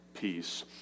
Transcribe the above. peace